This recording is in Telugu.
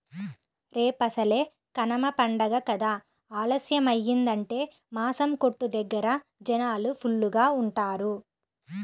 రేపసలే కనమ పండగ కదా ఆలస్యమయ్యిందంటే మాసం కొట్టు దగ్గర జనాలు ఫుల్లుగా ఉంటారు